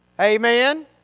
Amen